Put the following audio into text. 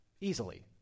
easily